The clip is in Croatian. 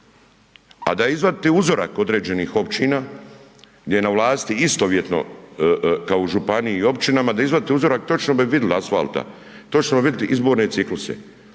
A da izvadite uzorak određenih općina gdje je na vlasti istovjetno kao u županiji i općinama, da izvadite uzorak točno bi vidli asfalta, točno bi vidli izborne cikluse,